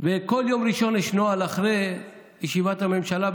וכל יום ראשון יש נוהל שאחרי ישיבת הממשלה,